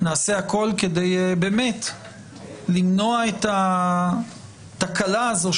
נעשה הכול כדי למנוע באמת את התקלה הזאת,